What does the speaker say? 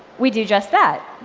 we do just that.